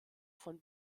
von